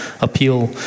appeal